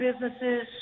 businesses